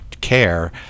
care